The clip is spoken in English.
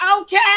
okay